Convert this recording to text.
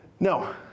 No